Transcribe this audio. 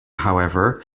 however